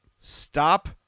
stop